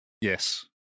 Yes